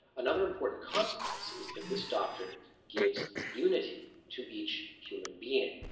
another important consequence is that this doctrine gives unity to each human being.